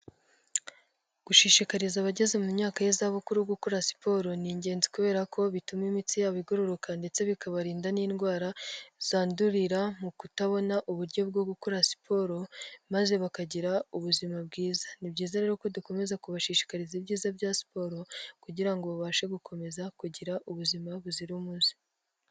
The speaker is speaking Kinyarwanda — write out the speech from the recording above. Gushishikariza abageze mu myaka y'izabukuru gukora siporo ni ingenzi kubera ko bituma imitsi yabo igororoka ndetse bikabarinda n'indwara zandurira mu kutabona uburyo bwo gukora siporo maze bakagira ubuzima bwiza, ni byiza rero ko dukomeza kubashishikariza ibyiza bya siporo kugira ngo babashe gukomeza kugira ubuzima buzira umuze.